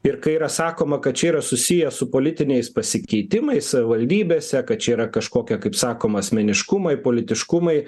ir kai yra sakoma kad čia yra susiję su politiniais pasikeitimais savivaldybėse kad čia yra kažkokie kaip sakoma asmeniškumai politiškumai